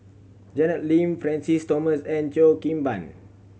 Janet Lim Francis Thomas and Cheo Kim Ban